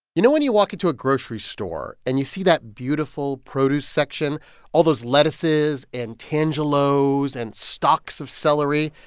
you know when you walk into a grocery store and you see that beautiful produce section all those lettuces and tangelos and stocks of celery?